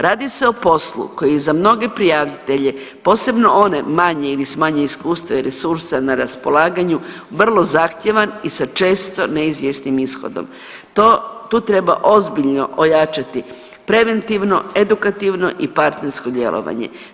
Radi se poslu koji je za mnoge prijavitelje posebno one manje ili s manje iskustva i resursa na raspolaganju vrlo zahtjevan i sa često neizvjesnim ishodom, tu treba ozbiljno ojačati preventivno, edukativno i partnersko djelovanje.